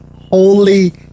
holy